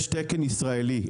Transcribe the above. יש תקן ישראלי,